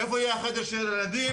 איפה יהיה חדר הילדים,